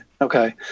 Okay